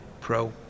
pro